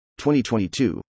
2022